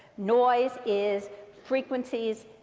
noise is frequencies,